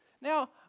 Now